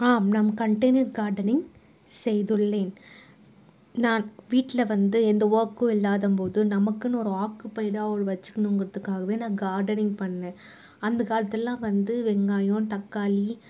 ஆம் நம் container gardening செய்துள்ளேன் நான் வீட்டில் வந்து எந்த ஓர்க்கும் இல்லாதம் போது நமக்குன்னு ஒரு ஆக்குப்பெயினாக ஒன்று வெச்சுக்கிணுங்கறதுக்காகவே நான் கார்டனிங் பண்ண அந்த காலத்தில்லாம் வந்து வெங்காயம் தக்காளி